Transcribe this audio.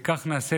וכך נעשה,